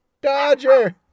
Dodger